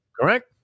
Correct